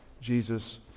Jesus